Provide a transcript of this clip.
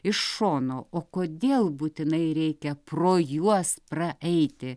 iš šono o kodėl būtinai reikia pro juos praeiti